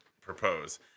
propose